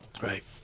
Right